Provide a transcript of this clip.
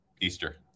Easter